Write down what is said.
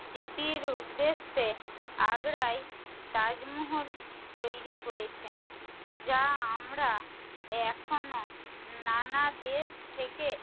স্মৃতির উদ্দেশ্যে আগ্রায় তাজমহল তৈরি করেছেন যা আমরা এখনো নানা দেশ থেকে